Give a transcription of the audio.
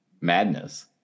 madness